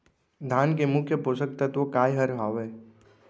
धान के मुख्य पोसक तत्व काय हर हावे?